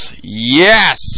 yes